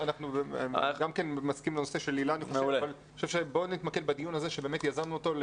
גם אני מסכים בנושא של היל"ה אבל בואו נתמקד בדיון הזה שיזמנו אותו.